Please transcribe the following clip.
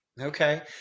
Okay